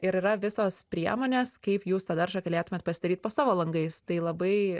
ir yra visos priemonės kaip jūs tą daržą galėtumėt pasidaryt po savo langais tai labai